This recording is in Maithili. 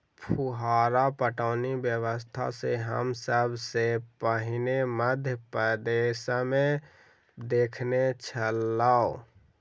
फुहार पटौनी व्यवस्था के हम सभ सॅ पहिने मध्य प्रदेशमे देखने छलौं